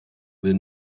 will